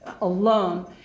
alone